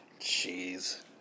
Jeez